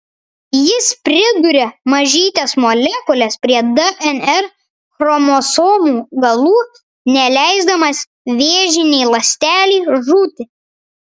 jis priduria mažytes molekules prie dnr chromosomų galų neleisdamas vėžinei ląstelei žūti